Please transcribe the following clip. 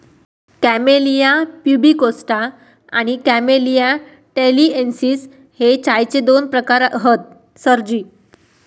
camellia pubicosta आणि camellia taliensis हे चायचे दोन प्रकार हत सरजी